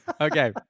okay